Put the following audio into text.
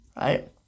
right